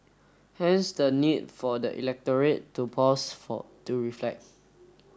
hence the need for the electorate to pause for to reflect